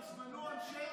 הוזמנו,